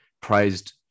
praised